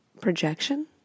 projection